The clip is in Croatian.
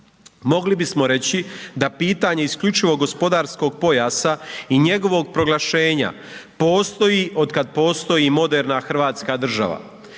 Mogli bismo reći i da pitanje isključivog gospodarskog pojasa i njegovog proglašenja postoji od kada postoji moderna Hrvatska država.